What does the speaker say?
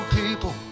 people